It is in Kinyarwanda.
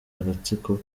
agatsiko